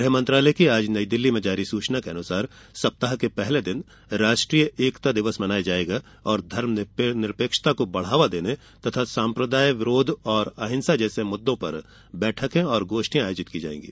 गृह मंत्रालय की आज नईदिल्ली में जारी सूचना के अनुसार सप्ताह के पहले दिन राष्ट्रीय एकता दिवस मनाया जाएगा और धर्मनिरपेक्षता को बढावा देने तथा सम्प्रदायवाद विरोधी और अहिंसा जैसे मुद्दों पर बैठकें और गोष्ठियां आयोजित की जाएंगी